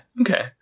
Okay